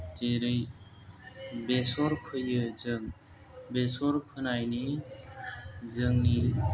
जेरै बेसर फोयो जों बेसर फोनायनि जोंनि